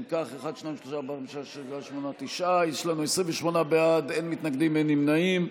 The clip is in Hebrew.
אם כך יש לנו 28 בעד, אין מתנגדים, אין נמנעים.